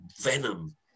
venom